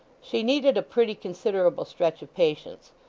she needed a pretty considerable stretch of patience,